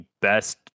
best